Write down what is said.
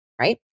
right